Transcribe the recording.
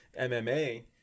mma